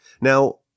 Now